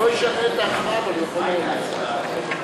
יתר וחסינויות של הארגון האירופי למחקר גרעיני,